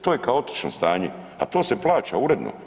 To je kaotično stanje, a to se plaća uredno.